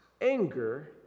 Anger